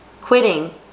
quitting